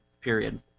period